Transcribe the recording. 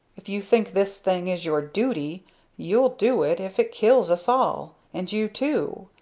if you think this thing is your duty you'll do it if it kills us all and you too!